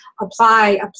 apply